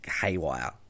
haywire